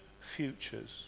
futures